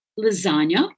lasagna